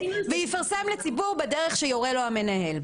יפרסם לציבור בדרך שיורה לו המנהל,